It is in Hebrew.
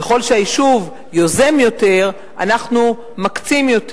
ככל שהיישוב יוזם יותר, אנחנו מקצים יותר.